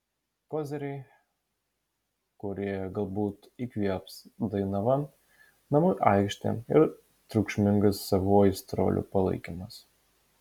koziriai kurie galbūt įkvėps dainavą namų aikštė ir triukšmingas savų aistruolių palaikymas